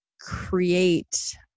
create